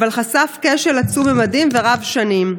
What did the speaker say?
אבל חשף כשל עצום ממדים ורב-שנים.